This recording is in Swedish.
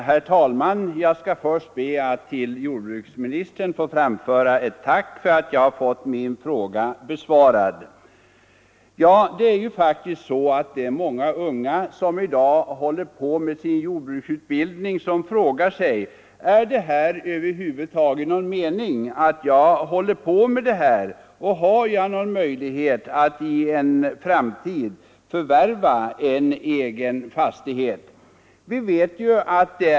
Herr talman! Först ber jag att till jordbruksministern få framföra ett tack för att jag har fått min fråga besvarad. Många unga, som i dag håller på med sin jordbruksutbildning, frågar sig: Är det över huvud taget någon mening att hålla på med detta och har jag någon möjlighet att i en framtid förvärva en egen fastighet?